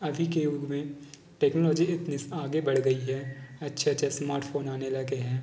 अभी के युग में टेक्नोलॉजी इतनी आगे बढ़ गयी है अच्छे अच्छे स्मार्टफोन आने लगे हैं